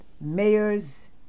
mayors